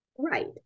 Right